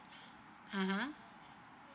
mmhmm